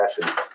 fashion